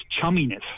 chumminess